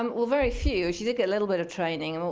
um well, very few. she did get a little bit of training.